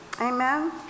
amen